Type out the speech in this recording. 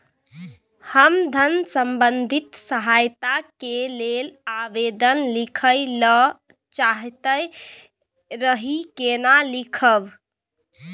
हम धन संबंधी सहायता के लैल आवेदन लिखय ल चाहैत रही केना लिखब?